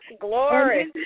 Glory